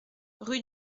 rue